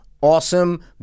Awesome